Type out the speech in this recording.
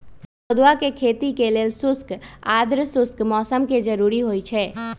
कदुआ के खेती लेल शुष्क आद्रशुष्क मौसम कें जरूरी होइ छै